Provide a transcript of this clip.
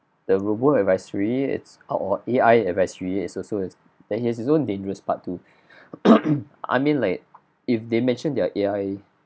the robo advisory it's out or A_I advisory is also is it has it's own dangerous part too I mean like if they mention they are A_I